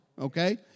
okay